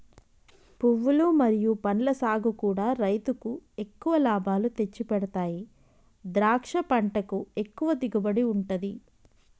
పువ్వులు మరియు పండ్ల సాగుకూడా రైలుకు ఎక్కువ లాభాలు తెచ్చిపెడతాయి ద్రాక్ష పంటకు ఎక్కువ దిగుబడి ఉంటది